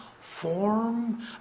form